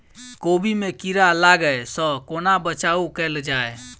कोबी मे कीड़ा लागै सअ कोना बचाऊ कैल जाएँ?